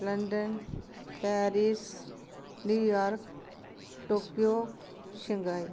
London Paris New York Tokyo Shanghai